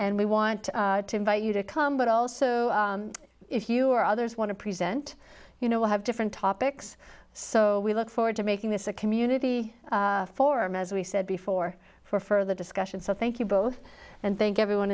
and we want to invite you to come but also if you or others want to present you know have different topics so we look forward to making this a community forum as we said before for further discussion so thank you both and thank everyone